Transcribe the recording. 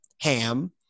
Ham